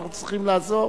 אנחנו צריכים לעזור.